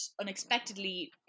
unexpectedly